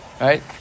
right